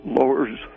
lowers